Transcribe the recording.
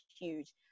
huge